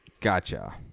Gotcha